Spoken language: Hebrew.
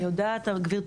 אני יודעת, גבירתי.